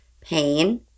pain